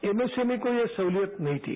MSME को ये सहूलियत नहीं थी